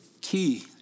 key